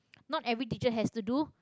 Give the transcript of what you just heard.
not every teacher has to do